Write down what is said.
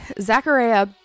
Zachariah